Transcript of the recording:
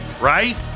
right